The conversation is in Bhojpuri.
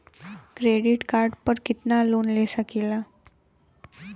क्रेडिट कार्ड पर कितनालोन ले सकीला?